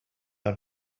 are